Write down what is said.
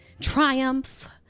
triumph